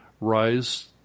rise